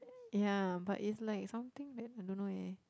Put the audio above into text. ya but it's like something that I don't know eh